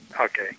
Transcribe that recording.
Okay